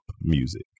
music